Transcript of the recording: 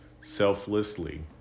selflessly